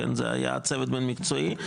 זה היה צוות בין-מקצועי,